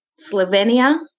Slovenia